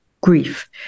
grief